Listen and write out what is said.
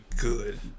good